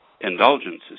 indulgences